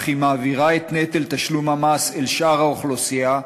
אך היא מעבירה את נטל תשלום המס אל שאר האוכלוסייה,